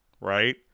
right